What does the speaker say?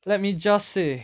let me just say